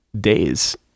days